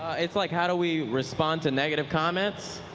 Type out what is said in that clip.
it's like how do we respond to negative comments.